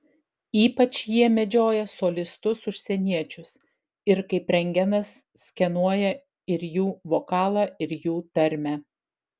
ypač jie medžioja solistus užsieniečius ir kaip rentgenas skenuoja ir jų vokalą ir jų tarmę